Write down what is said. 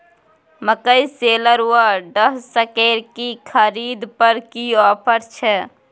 मकई शेलर व डहसकेर की खरीद पर की ऑफर छै?